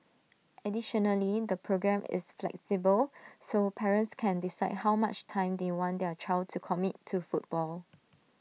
additionally the programme is flexible so parents can decide how much time they want their child to commit to football